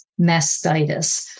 Mastitis